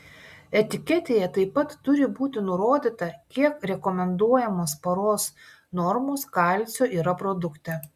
etiketėje taip pat turi būti nurodyta kiek rekomenduojamos paros normos kalcio yra produkte